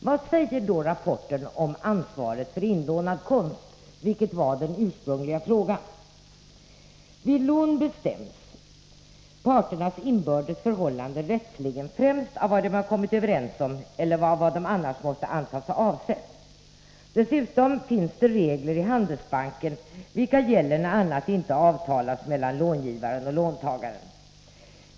Vad säger då rapporten om ansvaret för inlånad konst, vilket var den ursprungliga frågan? I rapporten anförs följande: Vid lån bestäms parternas inbördes förhållanden rättsligen främst av vad de har kommit överens om eller av vad de annars måste antas ha avsett. Dessutom finns det regler i handelsbalken, vilka gäller när annat inte har avtalats mellan långivaren och låntagaren.